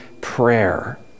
prayer